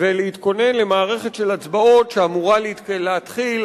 ולהתכונן למערכת של הצבעות שאמורה להתחיל,